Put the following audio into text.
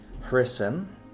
Harrison